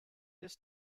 this